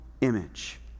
image